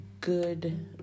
good